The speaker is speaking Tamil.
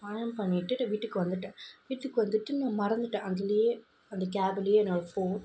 பயணம் பண்ணிட்டு வீட்டுக்கு வந்துட்டேன் வீட்டுக்கு வந்துட்டு நான் மறந்துட்டேன் அதிலேயே அந்த கேப்லேயே என்னோடய ஃபோன்